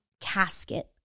casket